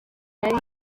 yari